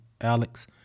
alex